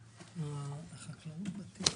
אני מתקין תקנות אלה: ביטול.